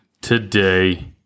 today